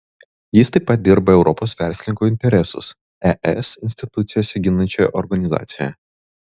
jis taip pat dirba europos verslininkų interesus es institucijose ginančioje organizacijoje